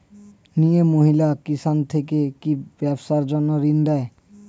মিয়ে মহিলা কিষান থেকে কি ব্যবসার জন্য ঋন দেয়?